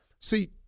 See